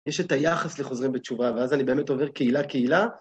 יש את היחס לחוזרים בתשובה, ואז אני באמת עובר קהילה-קהילה.